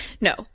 No